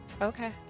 Okay